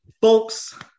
Folks